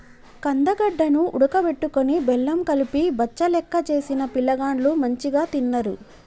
కందగడ్డ ను ఉడుకబెట్టుకొని బెల్లం కలిపి బచ్చలెక్క చేసిన పిలగాండ్లు మంచిగ తిన్నరు